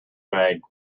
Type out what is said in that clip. maid